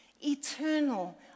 eternal